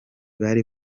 bari